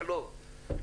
לחלוב.